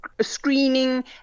screening